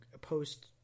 post